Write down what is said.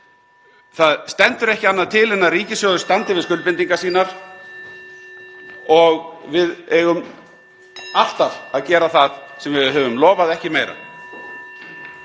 Það stendur ekki annað til en að ríkissjóður standi við skuldbindingar sínar og við eigum alltaf að gera það sem við höfum lofað, ekki meira.